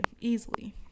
easily